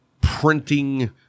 printing